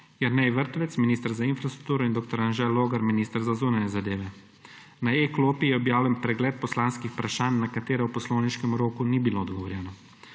Jernej Vrtovec, minister za infrastrukturo; in dr. Anže Logar, minister za zunanje zadeve. Na e-klopi je objavljen pregled poslanskih vprašanj, na katera v poslovniškem roku ni bilo odgovorjeno.